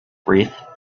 wreath